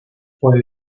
fue